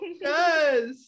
yes